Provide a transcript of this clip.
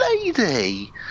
lady